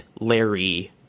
Larry